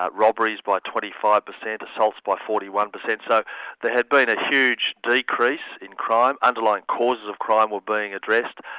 robberies by twenty five percent, assaults by forty one percent. so there had been a huge decrease in crime underlying causes of crime were being addressed,